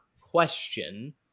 question